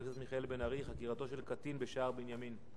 חבר הכנסת מיכאל בן-ארי: חקירת קטין בשער בנימין.